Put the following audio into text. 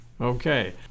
Okay